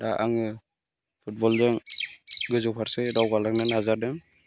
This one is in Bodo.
दा आङो फुटबलजों गोजौ फारसे दावगालांनो नाजादों